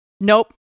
Nope